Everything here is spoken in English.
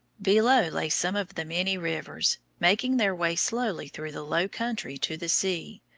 below lay some of the many rivers, making their way slowly through the low country to the sea,